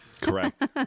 Correct